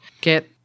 get